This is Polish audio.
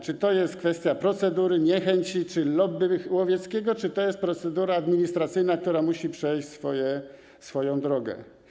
Czy to jest kwestia procedury, niechęci czy lobby łowieckiego, czy to jest procedura administracyjna, która musi przejść swoją drogę?